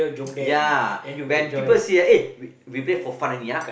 ya when people see ah eh we we play for fun only ah